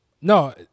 No